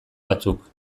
batzuk